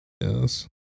Yes